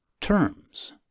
Terms